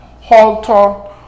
halter